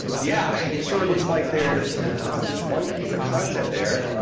yeah, it sure looks like there's just one piece of content there.